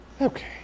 Okay